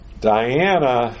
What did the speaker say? Diana